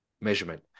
measurement